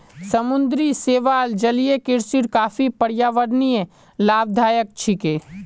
समुद्री शैवाल जलीय कृषिर काफी पर्यावरणीय लाभदायक छिके